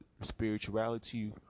spirituality